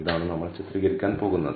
ഇതാണ് നമ്മൾ ചിത്രീകരിക്കാൻ പോകുന്നത്